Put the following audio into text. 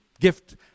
gift